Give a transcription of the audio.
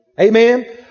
Amen